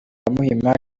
muhima